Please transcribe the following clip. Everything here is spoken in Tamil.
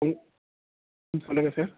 ம் ம் சொல்லுங்கள் சார்